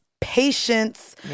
patience